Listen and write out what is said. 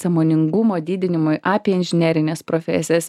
sąmoningumo didinimui apie inžinerines profesijas